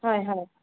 হয় হয়